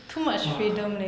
!wah!